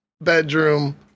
bedroom